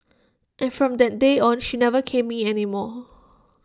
and from that day on she never caned me anymore